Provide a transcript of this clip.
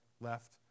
left